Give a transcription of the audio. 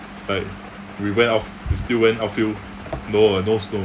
like we went out~ we still went outfield no no snow